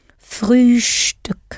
Frühstück